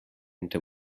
into